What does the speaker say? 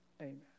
Amen